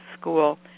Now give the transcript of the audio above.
school